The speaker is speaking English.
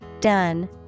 done